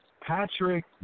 Patrick